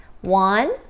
One